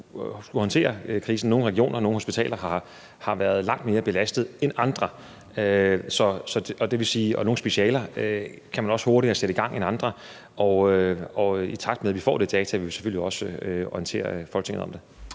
håndtere krisen. Nogle regioner og nogle hospitaler har været langt mere belastet end andre, og nogle specialer kan man også hurtigere sætte i gang end andre. I takt med at vi får de data, vil vi selvfølgelig også orientere Folketinget om det.